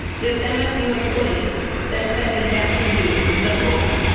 this msu employee then fit me back to you, the wolf,